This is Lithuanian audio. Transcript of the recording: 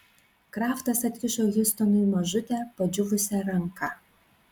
kraftas atkišo hiustonui mažutę padžiūvusią ranką